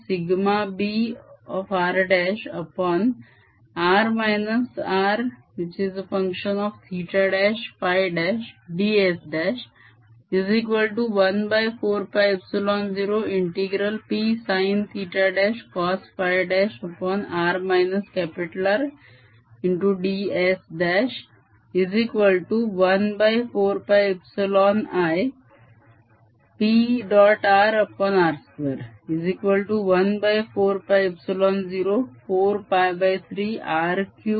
Vr14π0br।r R।ds14π0Psincosϕ।r R।ds14πip